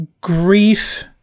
grief